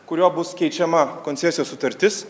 kuriuo bus keičiama koncesijos sutartis